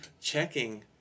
checking